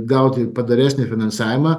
gauti padoresnį finansavimą